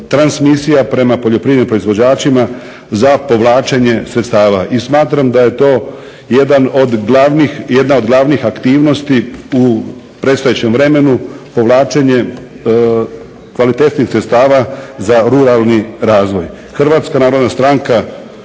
transmisija prema poljoprivrednim proizvođačima za povlačenje sredstava. I smatram da je to jedna od glavnih aktivnosti u predstojećem vremenu, povlačenje kvalitetnih sredstava za ruralni razvoj. Hrvatska narodna stranka